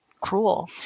cruel